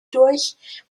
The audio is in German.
durch